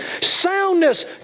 soundness